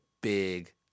Big